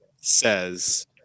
says